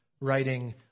writing